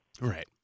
Right